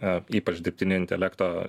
a ypač dirbtinio intelekto